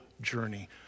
journey